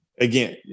Again